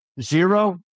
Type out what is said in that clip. zero